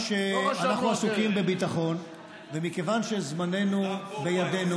מכיוון שאנחנו עסוקים בביטחון ומכיוון שזמננו בידינו,